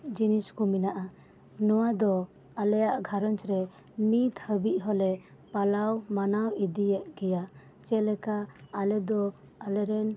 ᱡᱤᱱᱤᱥᱠᱩ ᱢᱮᱱᱟᱜᱼᱟ ᱱᱚᱣᱟ ᱫᱚ ᱟᱞᱮᱭᱟᱜ ᱜᱷᱟᱨᱚᱧᱡ ᱨᱮ ᱱᱤᱛ ᱦᱟᱹᱵᱤᱡ ᱦᱚᱞᱮ ᱯᱟᱞᱟᱣ ᱢᱟᱱᱟᱣ ᱤᱫᱤᱭᱮᱫ ᱜᱮᱭᱟ ᱡᱮᱞᱮᱠᱟ ᱟᱞᱮᱫᱚ ᱟᱞᱮᱨᱮᱱ